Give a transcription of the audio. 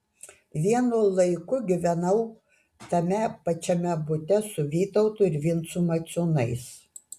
vienu laiku gyvenau tame pačiame bute su vytautu ir vincu maciūnais